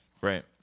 Right